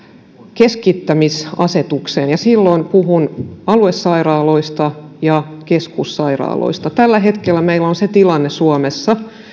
keskittämisasetukseen ja silloin puhun aluesairaaloista ja keskussairaaloista tällä hetkellä meillä on suomessa se tilanne